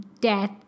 death